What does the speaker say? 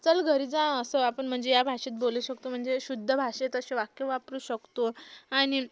चल घरी जा असं आपण म्हणजे या भाषेत बोलू शकतो म्हणजे शुद्ध भाषेत असे वाक्य वापरू शकतो आणि